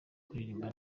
kuririmba